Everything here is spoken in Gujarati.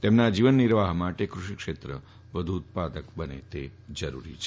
તેમના જીવન નિર્વાફ માટે કૃષિ ક્ષેત્ર વધુ ઉત્પાદક બને તે જરૂરી છે